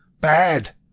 Bad